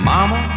Mama